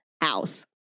house